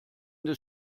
des